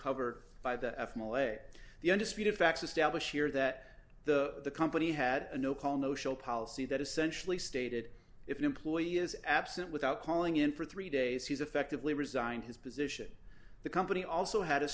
covered by the f mol the undisputed facts established here that the company had no call no show policy that essentially stated if an employee is absent without calling in for three days he's effectively resigned his position the company also had a